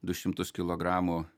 du šimtus kilogramų